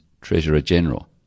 treasurer-general